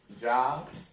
jobs